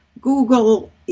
google